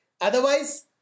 otherwise